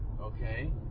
Okay